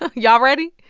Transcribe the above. y'all ready?